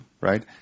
right